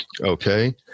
Okay